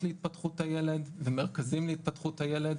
להתפתחות הילד ומרכזים להתפתחות הילד,